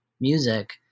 music